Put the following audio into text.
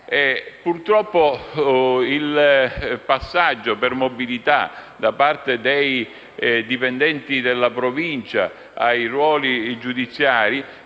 Purtroppo, il passaggio per mobilità di parte dei dipendenti della Provincia ai ruoli giudiziari